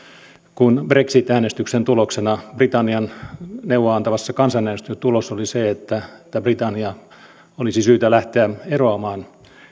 kun brexit äänestyksen tuloksena britannian neuvoa antavassa kansanäänestyksessä tulos oli se että britannian olisi syytä lähteä eroamaan